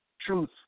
Truth